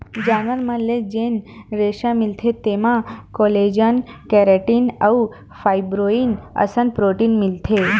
जानवर मन ले जेन रेसा मिलथे तेमा कोलेजन, केराटिन अउ फाइब्रोइन असन प्रोटीन मिलथे